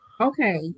Okay